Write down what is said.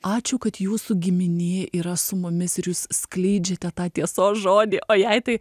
ačiū kad jūsų giminė yra su mumis ir jūs skleidžiate tą tiesos žodį o jai tai